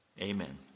Amen